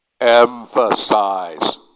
emphasize